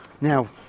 now